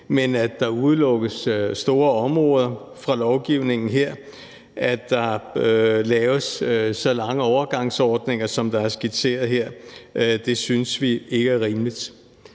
men at der udelukkes store områder fra lovgivningen og laves så lange overgangsordninger, som der er skitseret her, synes vi ikke er rimeligt.